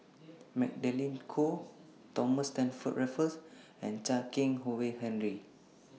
Magdalene Khoo Thomas Stamford Raffles and Chan Keng Howe Harry